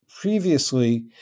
previously